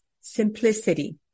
Simplicity